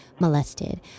molested